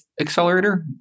accelerator